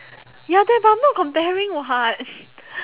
ya that but I'm not comparing [what]